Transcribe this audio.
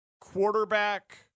quarterback